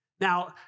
Now